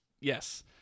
Yes